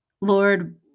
Lord